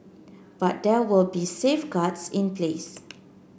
but there will be safeguards in place